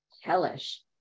hellish